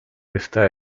está